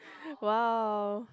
!wow!